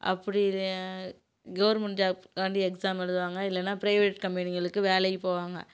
அப்படி கவுர்மெண்ட் ஜாப்காண்டி எக்ஸாம் எழுதுவாங்க இல்லைனா பிரைவேட் கம்பெனிங்களுக்கு வேலைக்கு போவாங்க